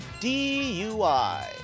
DUI